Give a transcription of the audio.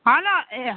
hello A